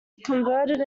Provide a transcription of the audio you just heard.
converted